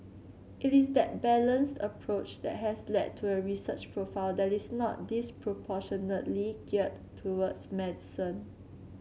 it is that balanced approach that has led to a research profile that is not disproportionately geared towards medicine